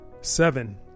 Seven